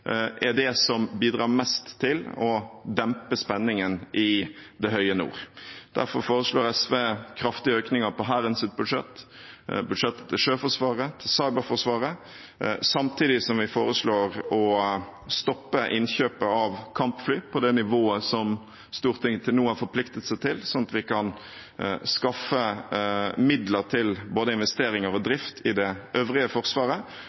er det som bidrar mest til å dempe spenningen i det høye nord. Derfor foreslår SV kraftige økninger i Hærens budsjett, Sjøforsvarets budsjett og Cyberforsvarets budsjett, samtidig som vi foreslår å stoppe innkjøpet av kampfly på det nivået som Stortinget til nå har forpliktet seg til, slik at vi kan skaffe midler til både investeringer og drift i det øvrige forsvaret.